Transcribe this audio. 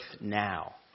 now